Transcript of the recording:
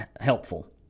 helpful